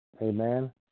Amen